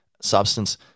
substance